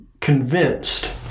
convinced